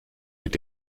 mit